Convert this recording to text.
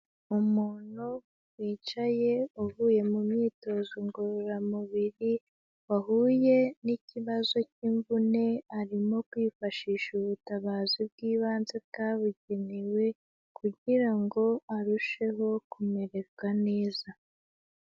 Umuntu wicaye uvuye mu myitozo ngororamubiri wahuye n'ikibazo cy'imvune, arimo kwifashisha ubutabazi bw'ibanze bwabugenewe kugira ngo arusheho kumererwa neza.